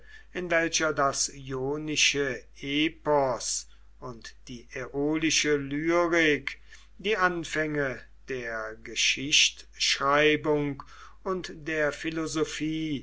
in welcher das ionische epos und die äolische lyrik die anfänge der geschichtschreibung und der philosophie